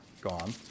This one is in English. gone